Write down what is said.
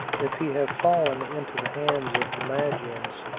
if he have fallen into the hands of the magians,